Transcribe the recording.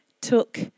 took